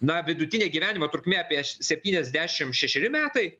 na vidutinė gyvenimo trukmė apie septyniasdešim šešeri metai